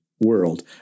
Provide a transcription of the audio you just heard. world